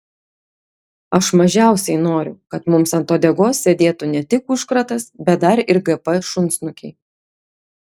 aš mažiausiai noriu kad mums ant uodegos sėdėtų ne tik užkratas bet dar ir gp šunsnukiai